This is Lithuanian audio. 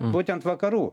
būtent vakarų